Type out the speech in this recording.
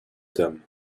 them